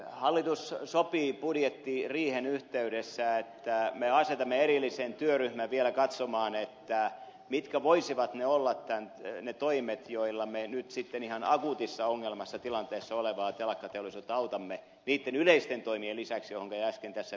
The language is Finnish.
hallitus sopi budjettiriihen yhteydessä että me asetamme erillisen työryhmän vielä katsomaan mitkä voisivat olla ne toimet joilla me nyt sitten ihan akuutissa ongelmallisessa tilanteessa olevaa telakkateollisuutta autamme niitten yleisten toimien lisäksi joihinka äsken tässä viittasin